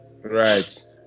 Right